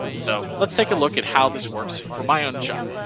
so let's take a look at how this works for my own shop.